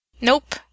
Nope